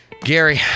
Gary